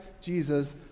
Jesus